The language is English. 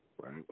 Right